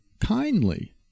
kindly